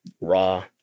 Raw